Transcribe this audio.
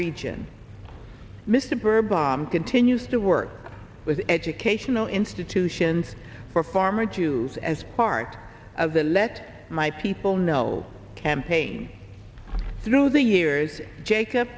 region mr burr bomb continues to work with educational institutions for farmer jews as part of the let my people know campaign through the years jacob